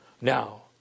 Now